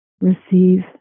receive